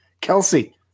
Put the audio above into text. Kelsey